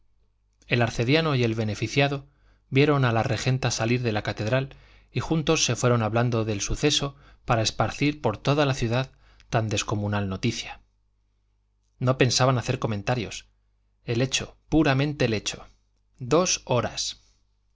el arcediano y el beneficiado vieron a la regenta salir de la catedral y juntos se fueron hablando del suceso para esparcir por la ciudad tan descomunal noticia no pensaban hacer comentarios el hecho puramente el hecho dos horas